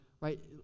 right